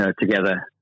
together